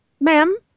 ma'am